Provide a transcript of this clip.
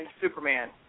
Superman